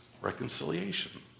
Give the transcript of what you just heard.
reconciliation